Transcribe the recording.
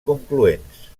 concloents